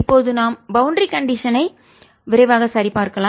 இப்போது நாம் boundary condition ஐ எல்லை நிலைகளை விரைவாக சரி பார்க்கலாம்